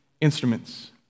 instruments